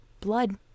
blood